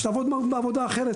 שתעבוד בעבודה אחרת.